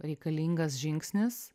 reikalingas žingsnis